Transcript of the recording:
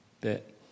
bit